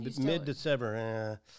mid-December